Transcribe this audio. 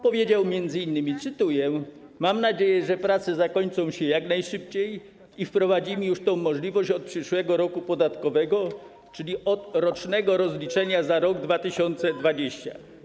Powiedział m.in., cytuję: mam nadzieję, że prace zakończą się jak najszybciej i wprowadzimy tę możliwość już od przyszłego roku podatkowego, czyli od rocznego rozliczenia za rok 2020.